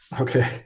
Okay